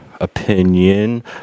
opinion